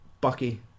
Bucky